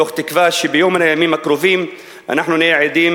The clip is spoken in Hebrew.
מתוך תקווה שביום מן הימים הקרובים אנחנו נהיה עדים